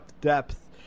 depth